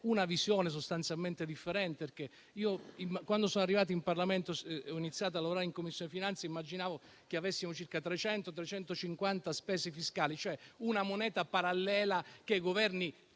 una visione sostanzialmente differente. Quando sono arrivato in Parlamento e ho iniziato a lavorare in Commissione finanze, immaginavo che avessimo circa 300-350 spese fiscali, cioè una moneta parallela. Dico agli